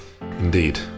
indeed